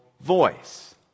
voice